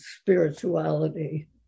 spirituality